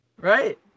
Right